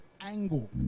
angle